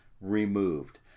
Removed